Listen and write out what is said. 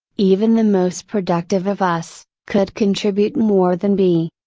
even the most productive of us, could contribute more than be.